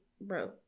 bro